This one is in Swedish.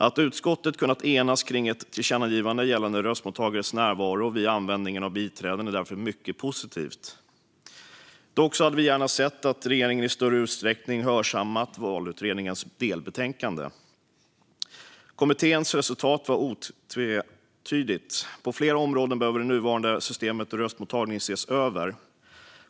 Att utskottet kunnat enas kring ett tillkännagivande gällande röstmottagares närvaro vid användning av biträde är därför mycket positivt. Dock hade vi gärna sett att regeringen i större utsträckning hörsammat valutredningens delbetänkande. Kommitténs resultat var otvetydigt. På flera områden behöver det nuvarande systemet med röstmottagning ses över.